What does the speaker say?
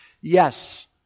Yes